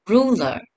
Ruler